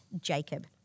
Jacob